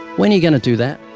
when are you going to do that?